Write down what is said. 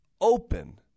open